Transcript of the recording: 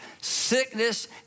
sickness